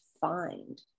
find